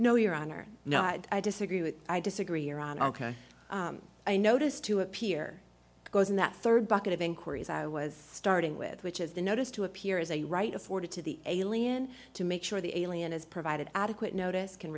no your honor no i disagree with i disagree or on ok i notice to appear goes in that rd bucket of inquiries i was starting with which is the notice to appear is a right afforded to the alien to make sure the alien has provided adequate notice can